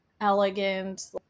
elegant